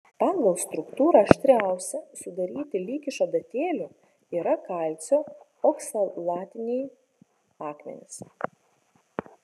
pagal struktūrą aštriausi sudaryti lyg iš adatėlių yra kalcio oksalatiniai akmenys